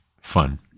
fun